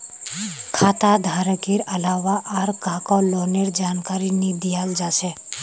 खाता धारकेर अलावा आर काहको लोनेर जानकारी नी दियाल जा छे